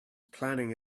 planning